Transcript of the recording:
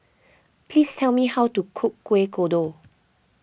please tell me how to cook Kueh Kodok